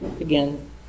again